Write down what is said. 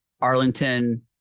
Arlington